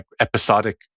episodic